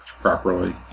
properly